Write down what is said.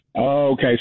okay